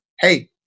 Hey